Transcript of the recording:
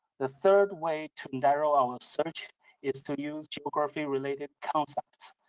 the third way to narrow our search is to use geography related concepts.